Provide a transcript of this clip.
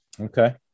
Okay